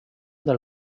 del